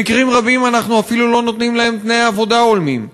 במקרים רבים אנחנו אפילו לא נותנים להם תנאי עבודה הולמים,